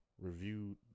reviewed